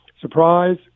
Surprise